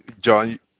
John